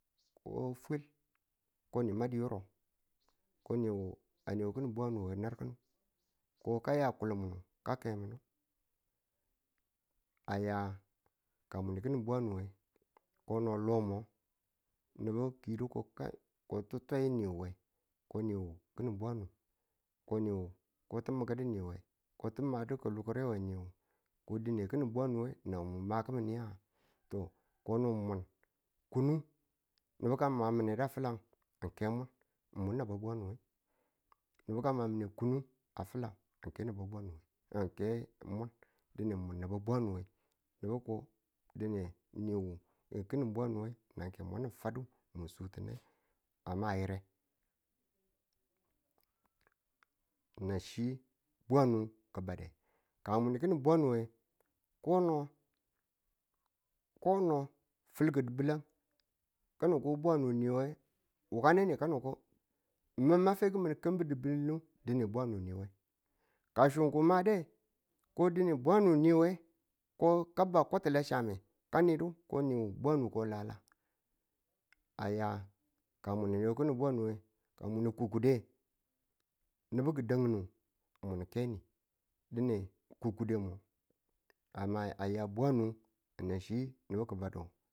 ko fwil ko ni madu yurub ko niwu a newe ki̱nin bwanu we nurmin ko ka ya kulin munu ka kai muna aya ka mun ki̱ning bwanu nge kono lo mo nubu ki yidu ko kan ko ti ti̱twai niwu we ko ne wu ki̱ning bwanu ko niwu ko tu mukdi niwu we ko to madu kulugre we niwu ko dine kinin bwanu nge nan mu maki̱min nge? to ko no mun kunu nubu ka ma mune ka fi̱lan nike mun mwun naba bwane nubu ka man nge kunu a filan nge ke naba bwanu nge ke mwan dine mwa naba bwanu nge nubu ko dine dine wu ng kinin bwanu nge nan ke mwan fadu mu sutune a ma yire, nan chi bwanu ki̱bade ka mwan ki̱nin bwanu nge ko no ko no filki dibilang kano ko bwanu niwe wukane ni kano ko mi̱n ma fe kimin kambi̱r dibule dine bwanu niwu ye ka sun ki̱ made ko dine bwanu niwu ko ka ba kotile chamme kanidu ko niwu bwanu ko a lala aya ka mun ng ne ki̱nin bwanu nge ka mwan kukkude nubu ki̱dan nu ng mwan ke ni dine kukkude a ma a ya bwanu mune chi nubu ki̱ badu